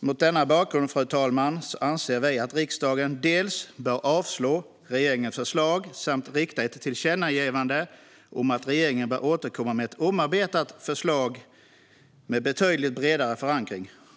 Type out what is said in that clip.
Mot denna bakgrund, fru talman, anser vi att riksdagen bör avslå regeringens förslag samt rikta ett tillkännagivande om att regeringen bör återkomma med ett omarbetat förslag med betydligt bredare förankring.